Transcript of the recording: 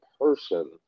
person